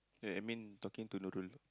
I I mean talking to Nurul tu